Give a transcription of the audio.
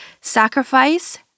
Sacrifice